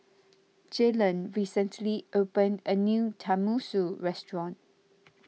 Jalen recently opened a new Tenmusu Restaurant